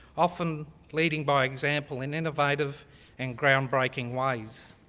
often leading by example in innovative and groundbreaking ways.